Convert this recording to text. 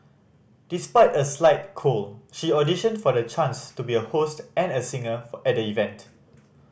despite a slight cold she auditioned for the chance to be a host and a singer at the event